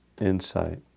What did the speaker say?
insight